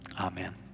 amen